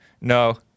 No